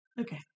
Okay